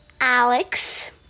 Alex